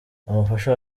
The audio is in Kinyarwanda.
umufasha